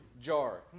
jar